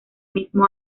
mismo